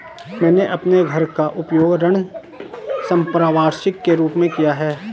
मैंने अपने घर का उपयोग ऋण संपार्श्विक के रूप में किया है